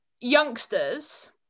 youngsters